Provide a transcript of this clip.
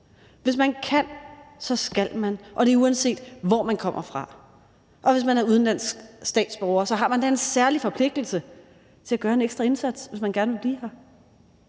Hvis man kan, så skal man, og det er, uanset hvor man kommer fra, og hvis man er udenlandsk statsborger, har man da en særlig forpligtelse til at gøre en ekstra indsats, hvis man gerne vil blive her.